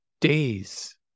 days